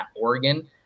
Oregon